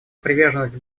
приверженность